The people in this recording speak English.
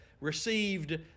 received